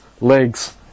legs